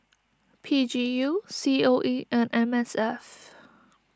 P G U C O E and M S F